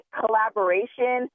collaboration